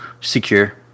secure